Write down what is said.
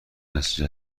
نسل